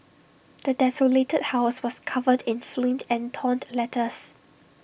the desolated house was covered in filth and torn letters